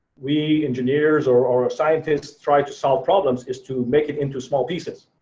we engineers or or scientists try to solve problems is to make it into small pieces.